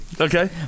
Okay